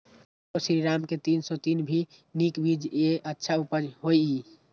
आरो श्रीराम के तीन सौ तीन भी नीक बीज ये अच्छा उपज होय इय?